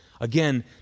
Again